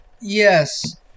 Yes